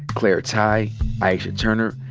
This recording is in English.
claire tighe, aisha turner,